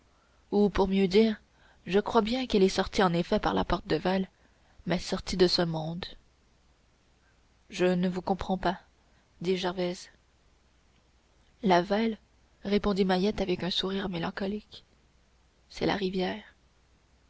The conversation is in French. ou pour mieux dire je crois bien qu'elle est sortie en effet par la porte de vesle mais sortie de ce monde je ne vous comprends pas dit gervaise la vesle répondit mahiette avec un sourire mélancolique c'est la rivière